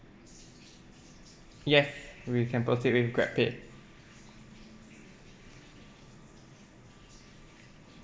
yes we can proceed with grabpay